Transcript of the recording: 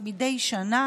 של מדי שנה.